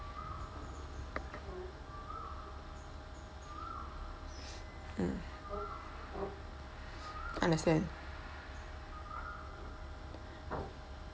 mm understand